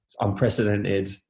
unprecedented